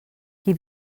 qui